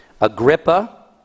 Agrippa